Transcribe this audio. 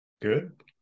good